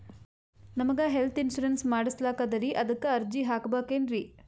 ನಮಗ health insurance ಮಾಡಸ್ಲಾಕ ಅದರಿ ಅದಕ್ಕ ಅರ್ಜಿ ಹಾಕಬಕೇನ್ರಿ?